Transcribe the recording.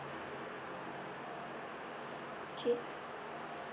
okay